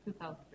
2003